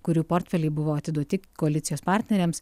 kurių portfeliai buvo atiduoti koalicijos partneriams